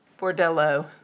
bordello